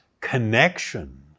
connection